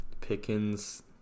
Pickens